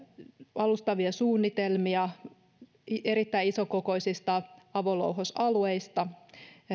alustavia suunnitelmia erittäin isokokoisista avolouhosalueista